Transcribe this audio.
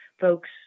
folks